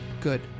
Good